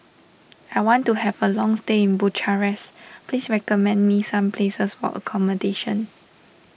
I want to have a long stay in Bucharest please recommend me some places accommodation